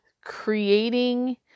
Creating